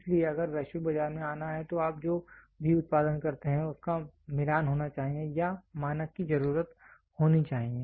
इसलिए अगर वैश्विक बाजार में आना है तो आप जो भी उत्पादन करते हैं उसका मिलान होना चाहिए या मानक की जरूरत होनी चाहिए